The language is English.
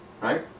Right